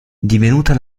divenuta